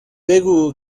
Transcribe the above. بگو